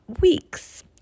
weeks